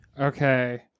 Okay